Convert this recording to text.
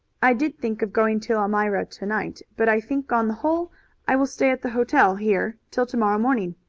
i did think of going to elmira to-night, but i think on the whole i will stay at the hotel here till to-morrow morning.